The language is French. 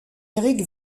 eric